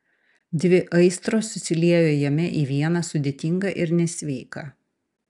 dvi aistros susiliejo jame į vieną sudėtingą ir nesveiką